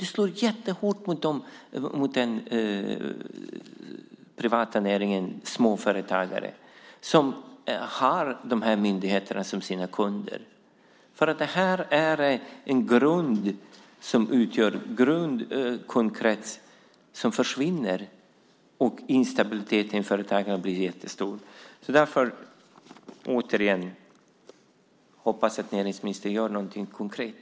Det slår jättehårt mot den privata näringens småföretagare som har de här myndigheterna som sina kunder. De utgör en grundkundkrets som nu försvinner, och instabiliteten för företagarna är jättestor. Återigen vill jag säga att jag hoppas att näringsministern gör någonting konkret.